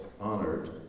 honored